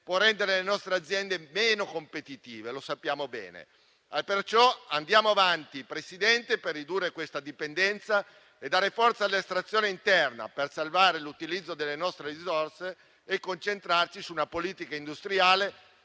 può rendere le nostre aziende meno competitive, come sappiamo bene. Perciò andiamo avanti, signor Presidente, per ridurre questa dipendenza, dare forza all'estrazione interna, salvare l'utilizzo delle nostre risorse e concentrarci su una politica industriale